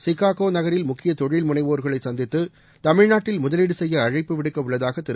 Chicago நகரில் முக்கிய தொழில் முனைவோர்களை சந்தித்து தமிழ்நாட்டில் முதலீடு செய்ய அழைப்பு விடுக்க உள்ளதாக திரு